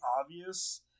obvious